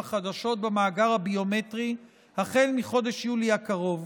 חדשות במאגר הביומטרי החל מחודש יולי הקרוב,